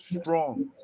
strong